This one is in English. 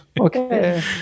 Okay